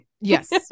Yes